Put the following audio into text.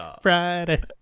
friday